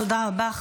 תודה רבה.